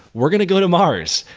were going to go to mars.